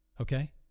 Okay